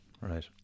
right